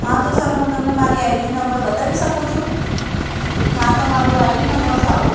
હા તો સર હું તમને મારી આઇડીસ નંબર બતાવી શકું છું હા તો મારો આઈડી નંબર સાંભળો